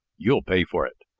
you'll pay for it!